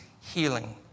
healing